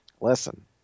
Listen